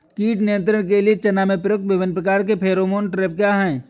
कीट नियंत्रण के लिए चना में प्रयुक्त विभिन्न प्रकार के फेरोमोन ट्रैप क्या है?